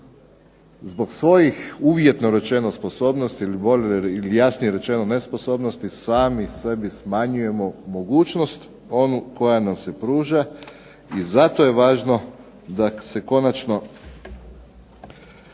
zbog svojih uvjetno rečeno sposobnosti ili jasnije rečeno nesposobnosti sami sebi smanjujemo mogućnost onu koja nam se pruža i zato je važno da se konačno